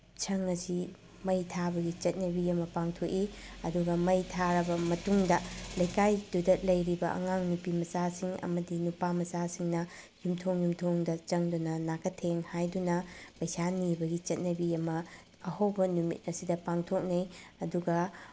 ꯁꯪ ꯑꯁꯤ ꯃꯩ ꯊꯥꯕꯒꯤ ꯆꯠꯅꯕꯤ ꯑꯃ ꯄꯥꯡꯊꯣꯛꯏ ꯑꯗꯨꯒ ꯃꯩ ꯊꯥꯔꯕ ꯃꯇꯨꯡꯗ ꯂꯩꯀꯥꯏꯗꯨꯗ ꯂꯩꯔꯤꯕ ꯑꯉꯥꯡ ꯅꯨꯄꯤꯃꯆꯥꯁꯤꯡ ꯑꯃꯗꯤ ꯅꯨꯄꯥꯃꯆꯥꯁꯤꯡꯅ ꯌꯨꯝꯊꯣꯡ ꯌꯨꯝꯊꯣꯡꯗ ꯆꯪꯗꯨꯅ ꯅꯥꯀꯊꯦꯡ ꯍꯥꯏꯗꯨꯅ ꯄꯩꯁꯥ ꯅꯤꯕꯒꯤ ꯆꯠꯅꯕꯤ ꯑꯃ ꯑꯍꯧꯕ ꯅꯨꯃꯤꯠ ꯑꯁꯤꯗ ꯄꯥꯡꯊꯣꯛꯅꯩ ꯑꯗꯨꯒ